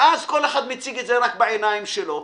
ואז כל אחד רק מציג את זה רק בעיניים שלו,